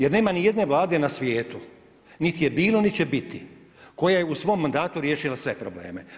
Jer nema ni jedne vlade na svijetu niti je bilo niti će biti koja je u svom mandatu riješila sve probleme.